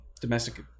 Domestic